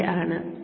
887 ആണ്